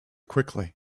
quickly